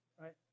right